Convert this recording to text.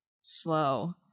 slow